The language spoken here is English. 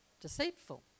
deceitful